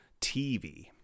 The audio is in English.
TV